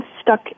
stuck